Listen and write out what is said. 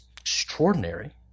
extraordinary